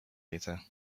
later